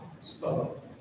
spoke